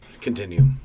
Continue